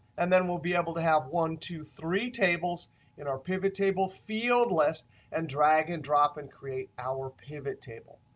and then we'll be able to have one, two, three tables in our pivot table field list and drag and drop and create our pivot table.